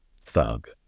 thug